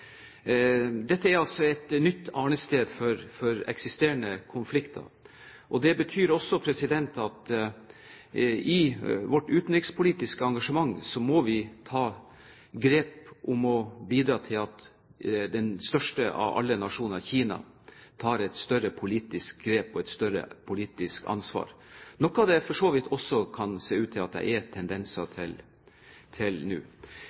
Dette er altså et nytt arnested for eksisterende konflikter. Det betyr også at i vårt utenrikspolitiske engasjement må vi ta grep om å bidra til at den største av alle nasjoner, Kina, tar et større politisk grep og et større politisk ansvar, noe det for så vidt også kan se ut til at det er tendenser til nå.